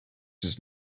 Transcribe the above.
just